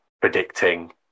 predicting